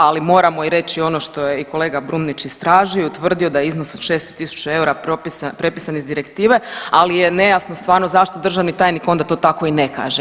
Ali moramo reći i ono što je i kolega Brumnić istražio i utvrdio da iznos od 600.000 eura propisan iz direktive, ali je nejasno stvarno zašto državni tajnik to tako i ne kaže.